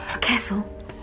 Careful